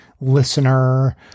listener